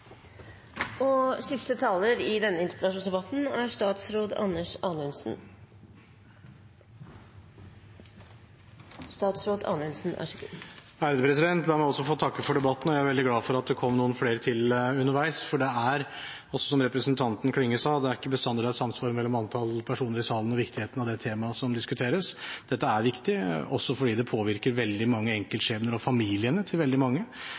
i dag. La meg få lov til å takke for debatten. Jeg er veldig glad for at det kom noen flere til underveis, for det er, som også representanten Klinge sa, ikke bestandig det er samsvar mellom antallet personer i salen og viktigheten av det temaet som diskuteres. Dette er viktig, også fordi det påvirker veldig mange enkeltskjebner og familiene til veldig mange.